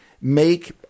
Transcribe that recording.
make